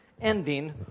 ending